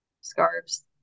scarves